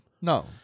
No